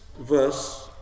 verse